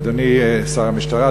אדוני שר המשטרה,